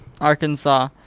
Arkansas